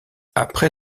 après